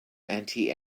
anti